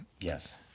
Yes